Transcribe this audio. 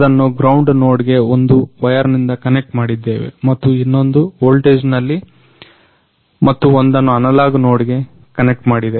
ಅದನ್ನ ಗ್ರೌಂಡ್ ನೋಡ್ಗೆ ಒಂದು ವಯರ್ನಿಂದ ಕನೆಕ್ಟ್ ಮಾಡಿದ್ದೇವೆ ಮತ್ತು ಇನ್ನೊಂದು ವೋಲ್ಟೇಜ್ನಲ್ಲಿ ಮತ್ತು ಒಂದನ್ನ ಅನಲಾಗ್ ನೊಡ್ಗೆ ಕನೆಕ್ಟ್ಮಾಡಿದೆ